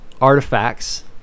artifacts